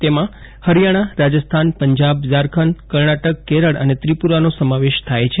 તેમાં હરીયાણા રાજસ્થાન પંજાબ ઝારખંડ કર્ણાટક કેરળ અને ત્રિપુરાનો સમાવેશ થાય છે